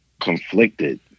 Conflicted